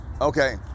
Okay